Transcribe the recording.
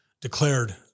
declared